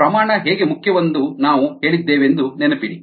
ಪ್ರಮಾಣ ಹೇಗೆ ಮುಖ್ಯವೆಂದು ನಾವು ಹೇಳಿದ್ದೇವೆಂದು ನೆನಪಿಡಿ